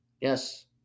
yes